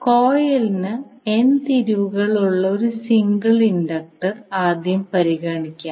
കോയിലിന് N തിരിവുകളുള്ള ഒരു single inductor ആദ്യം പരിഗണിക്കാം